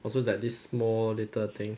oh so like this small little thing